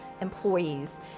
employees